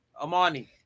Amani